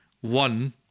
one